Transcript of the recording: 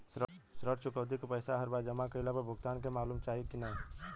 ऋण चुकौती के पैसा हर बार जमा कईला पर भुगतान के मालूम चाही की ना?